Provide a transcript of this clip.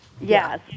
yes